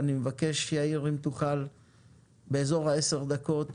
אבל אני מבקש יאיר אם תוכל באיזור העשר דקות